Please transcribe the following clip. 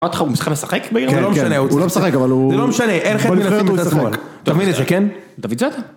אמרתי לך, הוא בכלל משחק באירלנד? כן, כן, הוא לא משחק, אבל הוא... זה לא משנה, אין לך מי לשחק, הוא משחק. תבין את זה, כן? דודז'ה?